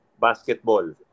basketball